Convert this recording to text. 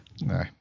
No